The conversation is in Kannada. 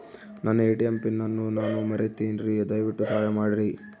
ನನ್ನ ಎ.ಟಿ.ಎಂ ಪಿನ್ ಅನ್ನು ನಾನು ಮರಿತಿನ್ರಿ, ದಯವಿಟ್ಟು ಸಹಾಯ ಮಾಡ್ರಿ